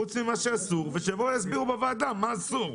חוץ ממה שאסור ושיבואו ויסבירו בוועדה מה אסור.